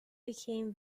became